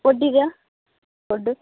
ಪಡ್ಡಿದೆಯಾ ಪಡ್ಡು